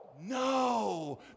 No